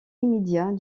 immédiat